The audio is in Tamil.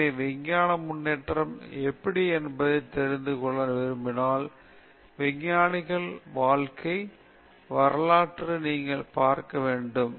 எனவே விஞ்ஞான முன்னேற்றம் எப்படி என்பதை தெரிந்து கொள்ள விரும்பினால் விஞ்ஞானிகளின் வாழ்க்கை வரலாறுகளை நீங்கள் பார்க்க வேண்டும்